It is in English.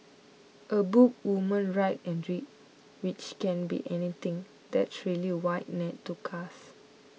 a book women write and read which can be anything that's a really wide net to cast